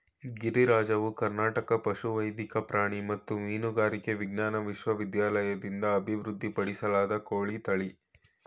ಗಿರಿರಾಜವು ಕರ್ನಾಟಕ ಪಶುವೈದ್ಯಕೀಯ ಪ್ರಾಣಿ ಮತ್ತು ಮೀನುಗಾರಿಕೆ ವಿಜ್ಞಾನ ವಿಶ್ವವಿದ್ಯಾಲಯದಿಂದ ಅಭಿವೃದ್ಧಿಪಡಿಸಲಾದ ಕೋಳಿ ತಳಿ